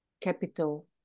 capital